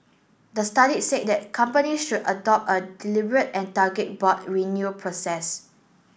the study said that company should adopt a deliberate and target board renewal process